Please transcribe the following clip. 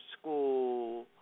school